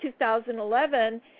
2011